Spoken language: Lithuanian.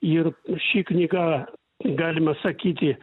ir ši knyga galima sakyti